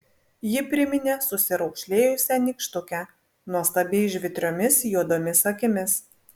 ji priminė susiraukšlėjusią nykštukę nuostabiai žvitriomis juodomis akimis